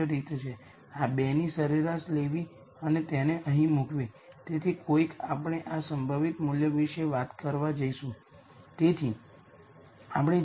તેથી આ રીતે આઇગન વેક્ટર નલ સ્પેસ સાથે જોડાયેલા છે